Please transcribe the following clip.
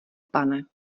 pane